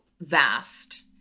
vast